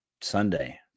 Sunday